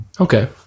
Okay